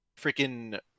freaking